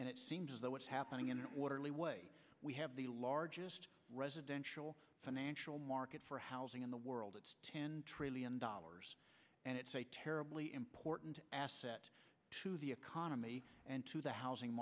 and it seems as though what's happening in the water leeway we have the largest residential financial market for housing in the world it's ten trillion dollars and it's a terribly important asset to the economy and to the housing